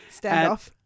Standoff